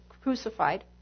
crucified